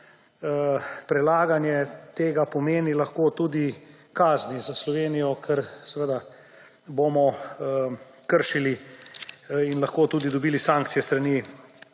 prelaganje pomeni lahko tudi kazni za Slovenijo, ker bomo kršili in lahko tudi dobili sankcije s